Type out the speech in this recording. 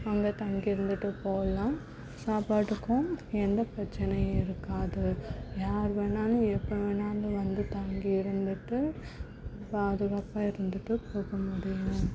அங்கே தங்கி இருந்துவிட்டு போகலாம் சாப்பாட்டுக்கும் எந்த பிரச்சினையும் இருக்காது யார் வேண்ணாலும் எப்போ வேண்ணாலும் வந்து தங்கி இருந்துவிட்டு பாதுகாப்பாக இருந்துவிட்டு போக முடியும்